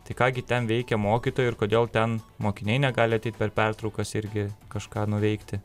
tai ką gi ten veikia mokytojai ir kodėl ten mokiniai negali ateit per pertraukas irgi kažką nuveikti